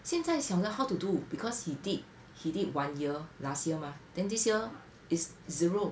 现在小的 how to do because he did he did one year last year mah then this year it's zero